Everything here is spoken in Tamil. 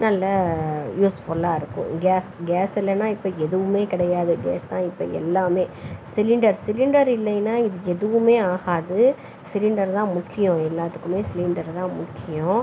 நல்ல யூஸ்ஃபுல்லாக இருக்கும் கேஸ் கேஸ் இல்லேன்னா இப்போது எதுவும் கிடையாது கேஸ் தான் இப்போது எல்லாமே சிலிண்டர் சிலிண்டர் இல்லேன்னா இது எதுவுமே ஆகாது சிலிண்டர் தான் முக்கியம் எல்லாத்துக்கும் சிலிண்டர் தான் முக்கியம்